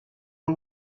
who